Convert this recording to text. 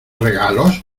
regalos